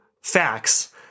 facts